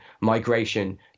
migration